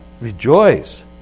Rejoice